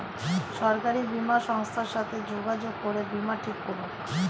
সরকারি বীমা সংস্থার সাথে যোগাযোগ করে বীমা ঠিক করুন